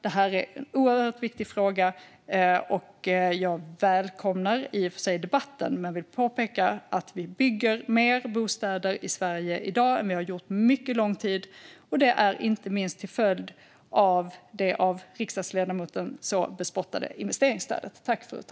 Det här är en viktig fråga, och jag välkomnar i och för sig debatten men vill påpeka att vi bygger fler bostäder i Sverige i dag än vad vi har gjort på mycket lång tid, inte minst till följd av det av riksdagsledamoten så bespottade investeringsstödet.